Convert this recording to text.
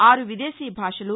ఆరు విదేశీ భాషలు